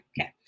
okay